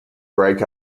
break